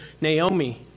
Naomi